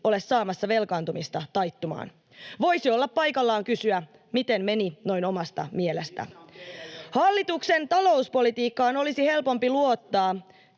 ole saamassa velkaantumista taittumaan. Voisi olla paikallaan kysyä, miten meni noin omasta mielestä. [Ben Zyskowicz: Ja missä on